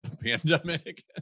pandemic